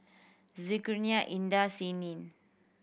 Zulkarnain Indah and Senin